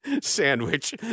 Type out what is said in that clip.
sandwich